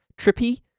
Trippy